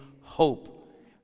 hope